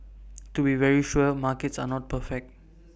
to be very sure markets are not perfect